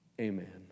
Amen